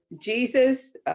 Jesus